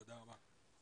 תודה רבה.